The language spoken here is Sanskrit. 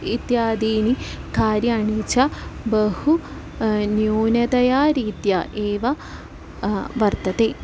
इत्यादीनि कार्याणि च बहु न्यूनतया रीत्या एव वर्तते